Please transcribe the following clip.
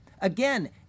Again